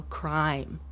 crime